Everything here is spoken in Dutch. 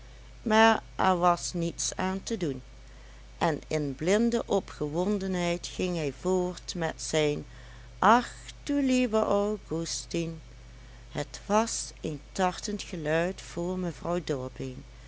maar er was niets aan te doen en in blinde opgewondenheid ging hij voort met zijn ach du lieber augustin het was een tartend geluid voor mevrouw